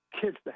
kids